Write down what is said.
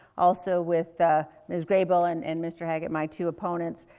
also with miss grey bull and, and mister haggit, my two opponents.